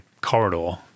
corridor